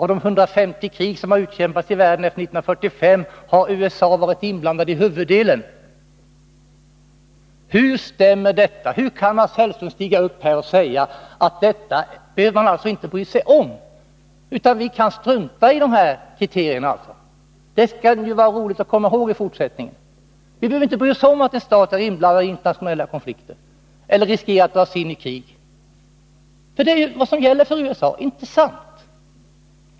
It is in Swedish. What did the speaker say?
USA har varit inblandat i majoriteten av de 150 krig som har utkämpats i världen efter år 1945. Hur kan då Mats Hellström gå upp här och säga att man inte behöver bry sig om detta? Vi kan strunta i de aktuella kriterierna. Det skall jag med nöje komma ihåg i fortsättningen. Vi behöver alltså inte bry oss om att en stat är inblandad i internationella konflikter eller löper risk att dras in i krig. Så är ju fallet när det gäller USA —. inte sant?